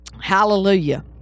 Hallelujah